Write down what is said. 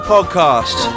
Podcast